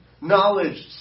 Knowledge